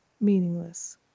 meaningless